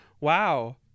wow